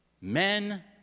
Men